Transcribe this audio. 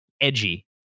edgy